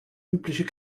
übliche